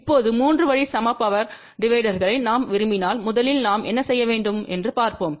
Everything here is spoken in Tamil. இப்போது 3 வழி சம பவர் டிவைடர்னை நாம் விரும்பினால் முதலில் நாம் என்ன செய்ய வேண்டும் என்று பார்ப்போம்